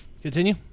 Continue